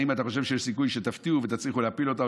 האם אתה חושב שיש סיכוי שתפתיעו ותצליחו להפיל אותה,